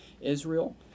Israel